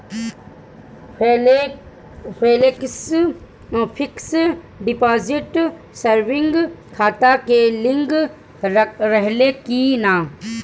Flexi fix deposit saving खाता से link रहले कि ना?